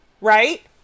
right